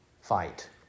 fight